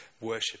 worship